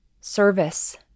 service